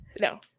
No